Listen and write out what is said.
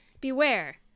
beware